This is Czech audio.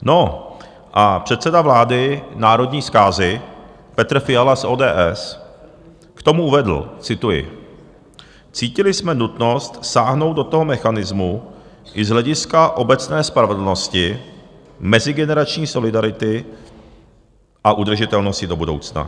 No a předseda vlády národní zkázy Petr Fiala z ODS k tomu uvedl cituji: Cítili jsme nutnost sáhnout do toho mechanismu i z hlediska obecné spravedlnosti mezigenerační solidarity a udržitelnosti do budoucna.